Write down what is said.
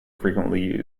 frequently